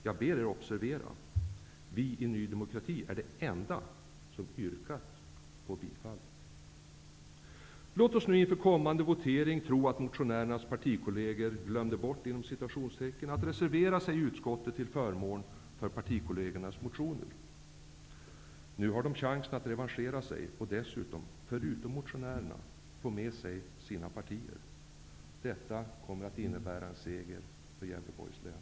Jag ber er observera att vi i Ny demokrati är de enda som yrkat bifall. Låt oss nu inför kommande votering tro att motionärernas partikolleger ''glömde bort'' att reservera sig i utskottet till förmån för partikollegernas motioner. Nu finns det chans att revanschera sig och förutom motionärerna få med sig sina partier. Detta kommer att innebära en seger för Gävleborgs län.